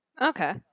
Okay